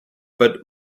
but